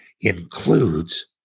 includes